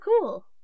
cool